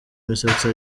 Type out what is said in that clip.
imisatsi